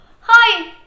Hi